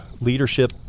leadership